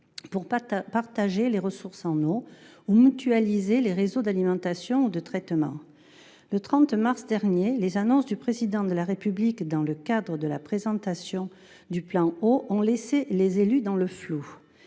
pour partager les ressources en eau ou mutualiser les réseaux d’alimentation ou de traitement. Le 30 mars dernier, les annonces du Président de la République dans le cadre de la présentation du plan Eau ont laissé les élus dans le flou